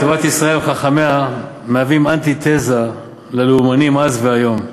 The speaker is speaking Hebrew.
תורת ישראל וחכמיה הם אנטיתזה ללאומנים אז והיום,